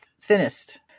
thinnest